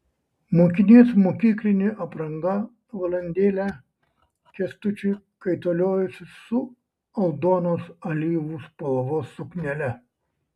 mokinės mokyklinė apranga valandėlę kęstučiui kaitaliojosi su aldonos alyvų spalvos suknele